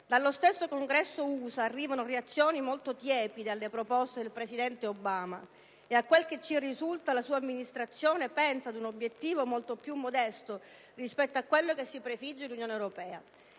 Dallo stesso Congresso USA arrivano reazioni molto tiepide alle proposte del presidente Obama e, a quel che ci risulta, la sua amministrazione pensa ad un obiettivo molto più modesto rispetto a quello che si prefigge l'Unione europea.